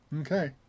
Okay